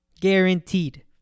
guaranteed